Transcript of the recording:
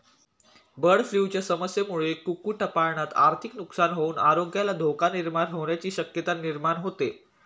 बर्डफ्लूच्या समस्येमुळे कुक्कुटपालनात आर्थिक नुकसान होऊन आरोग्याला धोका निर्माण होण्याची शक्यता निर्माण होते